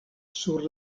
sur